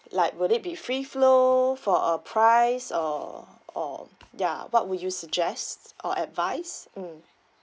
like would it be free flow for a price or or ya what would you suggest or advice mm